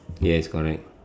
yes correct